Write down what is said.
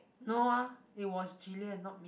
no ah it was jilian not me